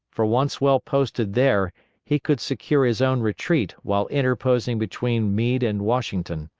for once well posted there he could secure his own retreat while interposing between meade and washington.